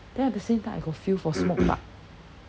then at the same time I got feel for smoked duck